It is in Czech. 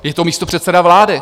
Je to místopředseda vlády.